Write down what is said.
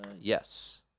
Yes